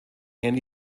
anti